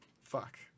Fuck